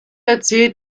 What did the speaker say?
erzählt